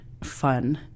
fun